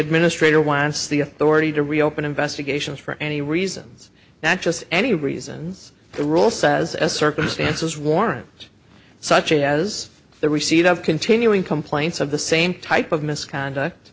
administrator wants the authority to reopen investigations for any reasons not just any reasons the rule says as circumstances warrant such as the receipt of continuing complaints of the same type of misconduct